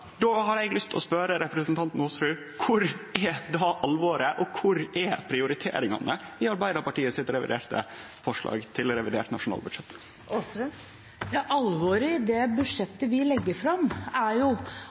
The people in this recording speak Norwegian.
Då har eg lyst til å spørje representanten Aasrud: Kor er då alvoret, og kor er prioriteringane i Arbeidarpartiet sitt forslag til revidert nasjonalbudsjett? Alvoret i det budsjettet vi har lagt fram, er